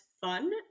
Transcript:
fun